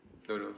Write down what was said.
don't know